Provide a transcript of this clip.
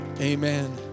Amen